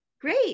Great